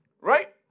Right